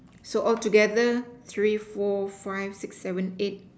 so altogether three four five six seven eight